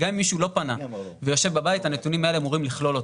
גם אם מישהו לא פנה ויושב בבית הנתונים האלה אמורים לכלול אותו.